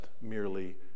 merely